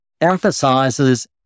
emphasizes